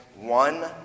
one